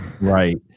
Right